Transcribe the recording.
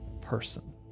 person